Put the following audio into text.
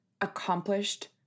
accomplished